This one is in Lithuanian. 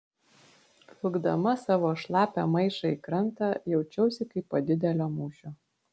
vilkdama savo šlapią maišą į krantą jaučiausi kaip po didelio mūšio